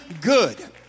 good